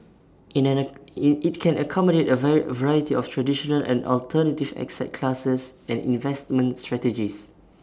IT can accommodate A variety of traditional and alternative classes and investment strategies